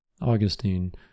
Augustine